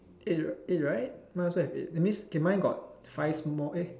eight eight right mine also have eight that means K mine got five small eh